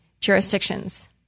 jurisdictions